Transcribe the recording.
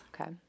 Okay